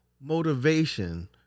motivation